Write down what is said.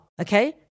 Okay